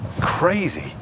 crazy